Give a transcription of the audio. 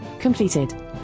Completed